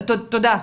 תודה.